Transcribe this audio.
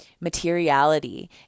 Materiality